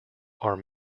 are